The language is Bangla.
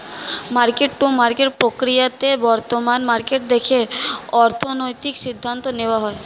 মার্কেট টু মার্কেট প্রক্রিয়াতে বর্তমান মার্কেট দেখে অর্থনৈতিক সিদ্ধান্ত নেওয়া হয়